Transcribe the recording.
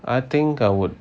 I think I would